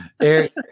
Eric